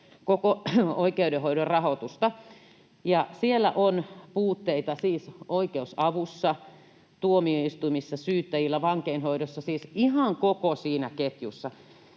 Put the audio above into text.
koko oikeudenhoidon rahoitusta. — Siellä on puutteita oikeusavussa, tuomioistuimissa, syyttäjillä, vankeinhoidossa, siis ihan koko siinä ketjussa,